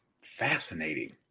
Fascinating